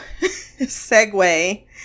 segue